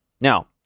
Now